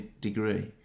degree